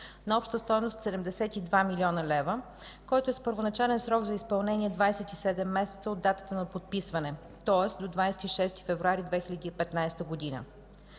на обща стойност 72 млн. лв., който е с първоначален срок на изпълнение 27 месеца от датата на подписване, тоест до 26 февруари 2015 г.